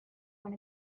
when